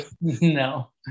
No